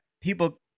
people